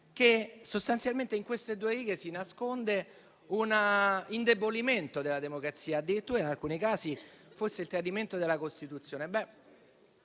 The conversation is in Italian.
vi ascoltiamo) che in queste due righe si nasconde un indebolimento della democrazia; addirittura, in alcuni casi, forse il tradimento della Costituzione.